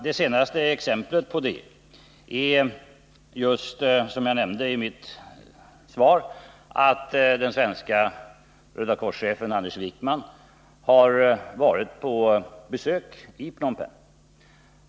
Det senaste exemplet på det är just, som jag nämnde i mitt svar, att den svenska Röda korset-chefen Anders Wijkman har varit på besök i Phnom Penh.